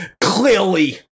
Clearly